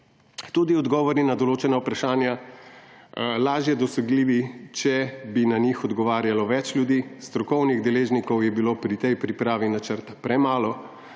tudi odgovori na določena vprašanja lažje dosegljivi, če bi na njih odgovarjalo več ljudi, strokovnih deležnikov je bilo pri tej pripravi načrta premalo